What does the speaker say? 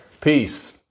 Peace